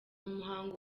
umuhango